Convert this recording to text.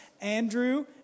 Andrew